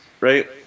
right